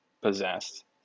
possessed